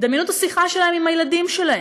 דמיינו את השיחה שלהם עם הילדים שלהם,